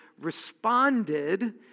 responded